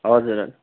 हजुर